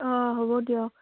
অঁ হ'ব দিয়ক